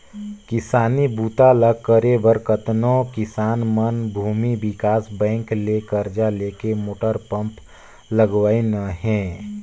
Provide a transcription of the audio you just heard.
किसानी बूता ल करे बर कतनो किसान मन भूमि विकास बैंक ले करजा लेके मोटर पंप लगवाइन हें